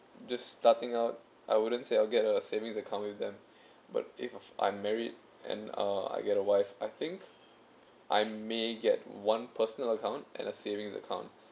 just starting out I wouldn't say I'll get a savings account with them but if I'm married and uh I get a wife I think I may get one personal account and a savings account